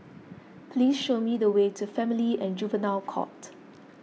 please show me the way to Family and Juvenile Court